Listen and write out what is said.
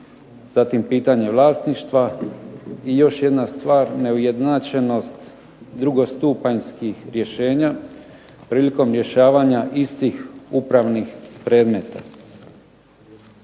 zatim pitanje vlasništva i još jedna stvar – neujednačenost drugostupanjskih rješenja prilikom rješavanja istih upravnih predmeta.